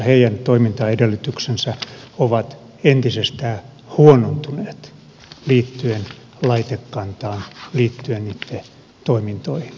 heidän toimintaedellytyksensä ovat entisestään huonontuneet liittyen laitekantaan liittyen niitten toimintoihin